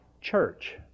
church